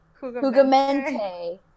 Hugamente